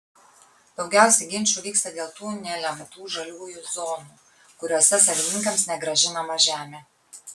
daugiausiai ginčų vyksta dėl tų nelemtų žaliųjų zonų kuriose savininkams negrąžinama žemė